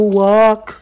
walk